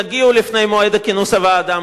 יגיעו לפני מועד כינוס הוועדה,